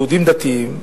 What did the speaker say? יהודים דתיים,